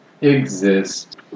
exist